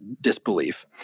disbelief